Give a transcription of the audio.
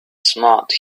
smart